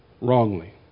wrongly